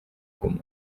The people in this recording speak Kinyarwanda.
guma